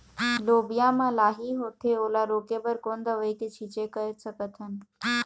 लोबिया मा लाही होथे ओला रोके बर कोन दवई के छीचें कर सकथन?